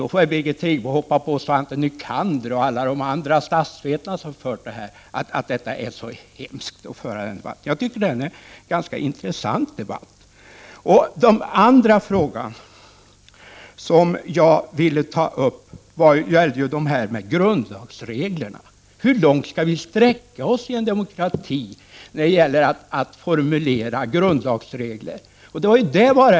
Då får Birgit Friggebo hoppa på Svante Nycander och alla statsvetare som fört det här resonemanget och framhålla att det här är så hemskt. Jag tycker att det är en ganska intressant debatt. Den andra frågan som jag ville ta upp gäller grundlagsreglerna. Hur långt skall vi i en demokrati sträcka oss när det gäller att formulera grundlagsregler?